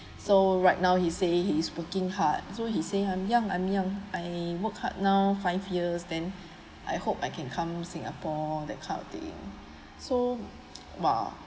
so right now he say he's working hard so he say I'm young I'm young I work hard now five years then I hope I can come singapore that kind of thing so !wah!